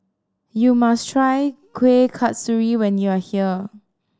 you must try Kueh Kasturi when you are here